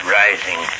rising